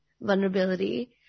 vulnerability